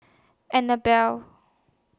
Annabell